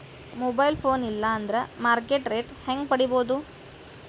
Mobile phone ಇಲ್ಲಾ ಅಂದ್ರ market rate ಹೆಂಗ್ ಪಡಿಬೋದು?